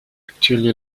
actually